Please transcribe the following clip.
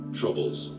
troubles